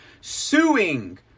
Suing